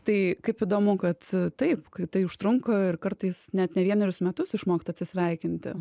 tai kaip įdomu kad taip kai tai užtrunka ir kartais net ne vienerius metus išmokti atsisveikinti